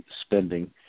spending